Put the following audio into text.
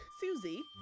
Susie